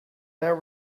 now